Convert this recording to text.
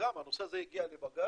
הנושא הזה גם הגיע לבג"צ